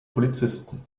polizisten